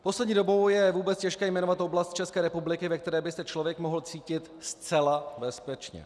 Poslední dobou je vůbec těžké jmenovat oblast České republiky, ve které by se člověk mohl cítit zcela bezpečně.